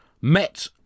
met